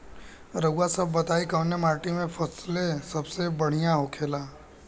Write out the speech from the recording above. रउआ सभ बताई कवने माटी में फसले सबसे बढ़ियां होखेला?